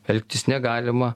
elgtis negalima